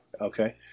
okay